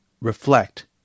reflect